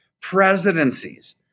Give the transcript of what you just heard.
presidencies